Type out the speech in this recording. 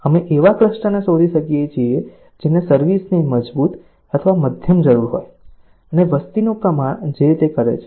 અમે એવા ક્લસ્ટરને શોધી શકીએ છીએ જેને સર્વિસ ની મજબૂત અથવા મધ્યમ જરૂર હોય અને વસ્તીનું પ્રમાણ જે તે કરે છે